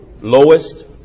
lowest